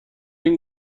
این